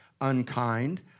unkind